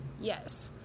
yes